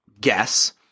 guess